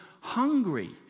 hungry